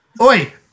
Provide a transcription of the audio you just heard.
Oi